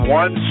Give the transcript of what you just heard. one